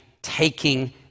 taking